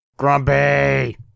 Grumpy